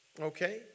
Okay